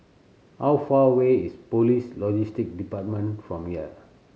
how far away is Police Logistics Department from here